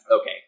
Okay